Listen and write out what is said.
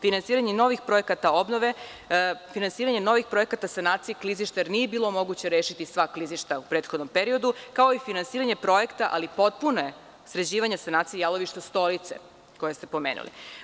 Finansiranje novih projekata obnove, finansiranje novih projekata sanacije, klizišta nije bilo moguće rešiti sva klizišta u prethodnom periodu, kao i finansiranje projekta, ali potpune sređivanje sanacije jalovišta „Stolice“, koje ste pomenuli.